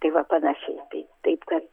tai va panašiai tai taip kad